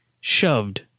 shoved